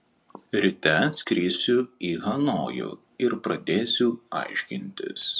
ryte skrisiu į hanojų ir pradėsiu aiškintis